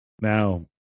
Now